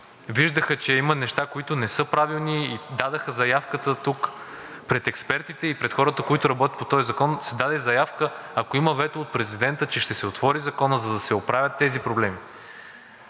виждаха, че има неща, които не са правилни, и дадоха заявката тук пред експертите, и пред хората, които работят по този закон се даде заявка, ако има вето от президента, че ще отвори Законът, за да се оправят тези проблеми.